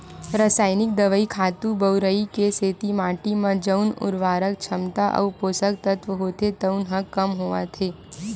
रसइनिक दवई, खातू बउरई के सेती माटी म जउन उरवरक छमता अउ पोसक तत्व होथे तउन ह कम होवत हे